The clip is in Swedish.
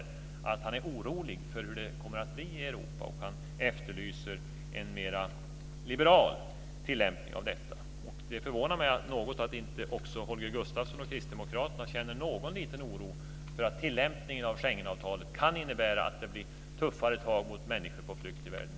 Han är orolig för hur det kommer att bli i Europa, och han efterlyser en mera liberal tilllämpning. Det förvånar mig något att inte också Holger Gustafsson och kristdemokraterna känner någon liten oro för att tillämpningen av Schengenavtalet kan innebära att det blir tuffare tag mot människor på flykt i världen.